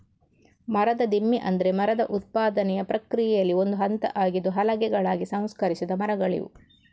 ಮರದ ದಿಮ್ಮಿ ಅಂದ್ರೆ ಮರದ ಉತ್ಪಾದನೆಯ ಪ್ರಕ್ರಿಯೆಯಲ್ಲಿ ಒಂದು ಹಂತ ಆಗಿದ್ದು ಹಲಗೆಗಳಾಗಿ ಸಂಸ್ಕರಿಸಿದ ಮರಗಳಿವು